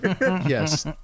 Yes